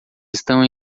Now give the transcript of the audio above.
estão